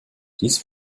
dies